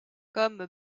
comme